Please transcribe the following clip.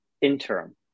interim